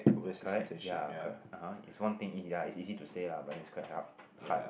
correct ya correct ah ha is one thing ya is easy to say lah but then quite is hard